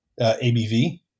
ABV